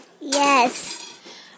Yes